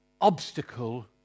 Obstacle